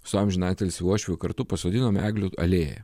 su amžinatilsį uošviu kartu pasodinom eglių alėją